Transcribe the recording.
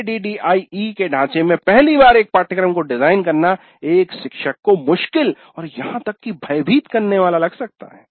ADDIE के ढांचे में पहली बार एक पाठ्यक्रम को डिजाइन करना एक शिक्षक को मुश्किल और यहाँ तक की भयभीत करने वाला लग सकता है